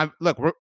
Look